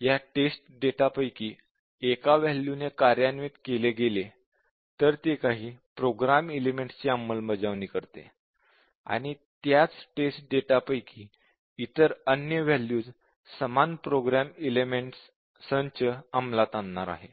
या test data पैकी एका वॅल्यू ने कार्यान्वित केले गेले तर ते काही प्रोगाम एलेमेंट्स ची अंमलबजावणी करते आणि त्याच टेस्ट डेटा पैकी इतर अन्य वॅल्यूज समान प्रोगाम एलेमेंट्स संच अंमलात आणणार आहेत